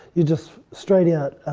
you're just straight out